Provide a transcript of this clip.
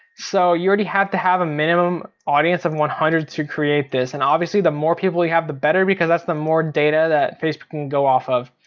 so you already have to have a minimum audience of one hundred to create this. and obviously the more people you have the better, because that's the more data that facebook can go off of.